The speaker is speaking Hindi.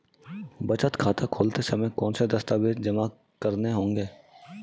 बचत खाता खोलते समय कौनसे दस्तावेज़ जमा करने होंगे?